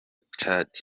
tchad